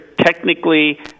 technically